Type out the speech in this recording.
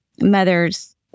mother's